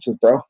bro